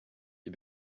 wir